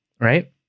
right